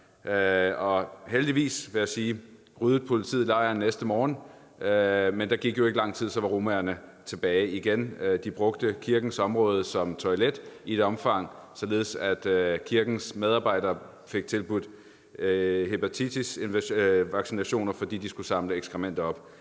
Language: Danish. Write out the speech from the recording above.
jeg sige, ryddede politiet lejren næste morgen, men der gik jo ikke lang tid, så var romaerne tilbage igen. De brugte kirkens område som toilet i et omfang, så kirkens medarbejdere fik tilbudt hepatitisvaccinationer, fordi de skulle samle ekskrementer op.